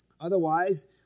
Otherwise